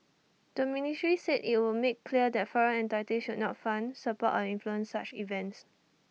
the ministry said IT would make clear that foreign entities should not fund support or influence such events